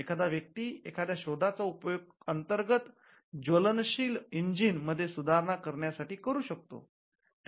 एखादा व्यक्ती एखाद्या शोधाचा उपयोग अंतर्गत ज्वलनशील इंजिन मध्ये सुधारणा करण्यासाठी करू शकतो